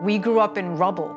we grew up in rubble